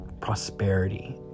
prosperity